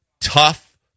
tough